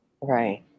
Right